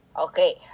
Okay